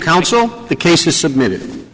counsel the case is submitted